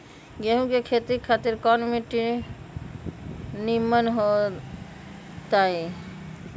गेंहू की खेती खातिर कौन मिट्टी निमन हो ताई?